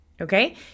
okay